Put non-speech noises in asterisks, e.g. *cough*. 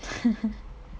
*laughs*